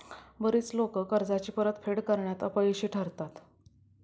बरीच लोकं कर्जाची परतफेड करण्यात अपयशी ठरतात